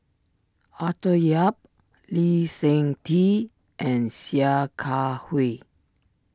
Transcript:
Arthur Yap Lee Seng Tee and Sia Kah Hui